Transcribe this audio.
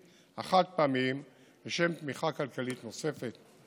החד-פעמיים לשם תמיכה כלכלית נוספת.